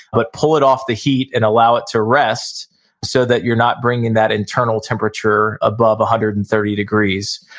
but pull it off the heat and allow it to rest so that you're not bringing that internal temperature above one hundred and thirty degrees.